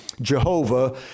Jehovah